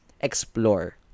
explore